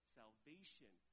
salvation